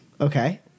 Okay